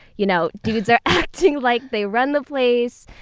you know, dudes are acting like they run the place.